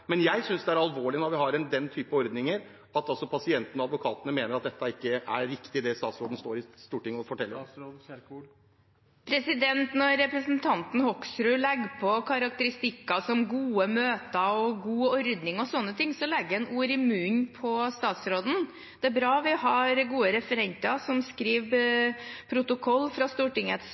men jeg synes det er alvorlig når vi har en slik ordning, at pasientene og advokatene mener at det ikke er riktig det statsråden står i Stortinget og forteller oss. Når representanten Hoksrud legger på karakteristikker som «gode møter», «god ordning» og sånne ting, legger han ord i munnen på statsråden. Det er bra vi har gode referenter som skriver protokoll fra Stortingets